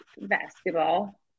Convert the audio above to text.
basketball